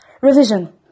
revision